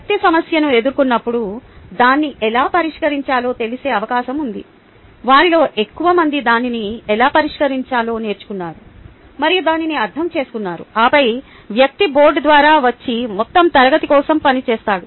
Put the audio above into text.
వ్యక్తి సమస్యను ఎదుర్కొన్నప్పుడు దాన్ని ఎలా పరిష్కరించాలో తెలిసే అవకాశం ఉంది వారిలో ఎక్కువ మంది దానిని ఎలా పరిష్కరించాలో నేర్చుకున్నారు మరియు దానిని అర్థం చేసుకున్నారు ఆపై వ్యక్తి బోర్డు ద్వారా వచ్చి మొత్తం తరగతి కోసం పని చేస్తాడు